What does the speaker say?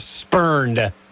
spurned